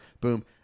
boom